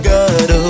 God